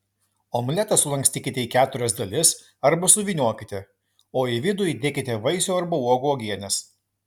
omletą sulankstykite į keturias dalis arba suvyniokite o į vidų įdėkite vaisių arba uogų uogienės